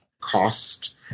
cost